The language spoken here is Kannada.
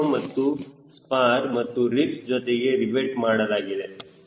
ಚರ್ಮ ಮತ್ತೆ ಸ್ಪಾರ್ ಮತ್ತು ರಿಬ್ಸ್ ಜೊತೆಗೆ ರಿವೆಟ್ ಮಾಡಲಾಗಿದೆ